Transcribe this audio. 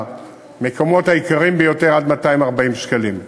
במקומות היקרים ביותר עד 240 שקלים.